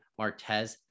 Martez